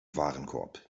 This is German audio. warenkorb